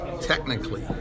technically